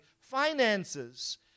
finances